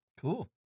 Cool